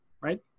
Right